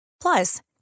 Plus